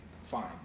fine